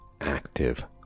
active